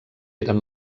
eren